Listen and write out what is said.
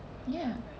ya